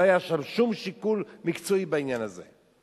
לא היה שם שום שיקול מקצועי בעניין הזה.